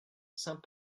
saint